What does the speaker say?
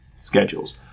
schedules